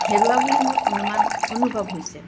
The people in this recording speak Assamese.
হেৰুওৱা বুলি মোৰ অনুমান অনুভৱ হৈছে